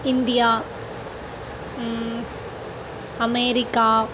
India America